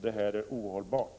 Detta är ohållbart!